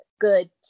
good